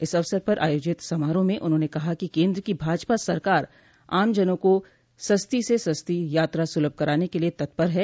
इस अवसर पर आयोजित समारोह में उन्होंने कहा कि केंद्र की भाजपा सरकार आमजना को सस्ती से सस्ती यात्रा सलभ कराने के लिए तत्पर है